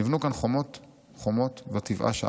נבנו כאן חומות-חומות ותבאש הארץ.